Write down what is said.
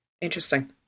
Interesting